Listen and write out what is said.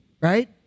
right